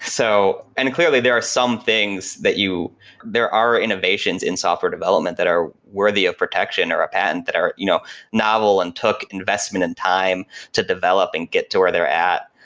so and clearly there are some things that you there are innovations in software development that are worthy of protection or a patent that are you know novel and took investment and time to develop and get to where they're at,